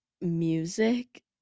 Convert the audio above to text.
music